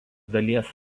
dalies